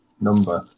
number